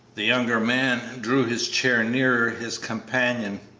the younger man drew his chair nearer his companion.